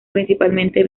principalmente